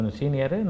senior